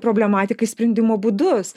problematikai sprendimo būdus